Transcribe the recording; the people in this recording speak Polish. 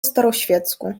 staroświecku